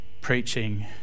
preaching